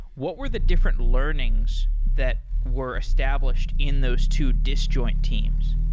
what were the different learnings that were established in those two disjoint teams?